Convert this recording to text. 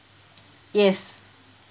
yes